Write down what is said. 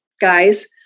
guys